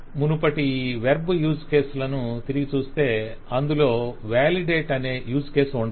మునుపటి ఈ verb use కేసులను తిరిగి చూస్తే అందులో వాలిడేట్ లీవ్ అనే యూస్ కేసు ఉండదు